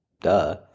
Duh